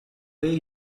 way